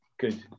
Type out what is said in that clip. good